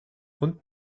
und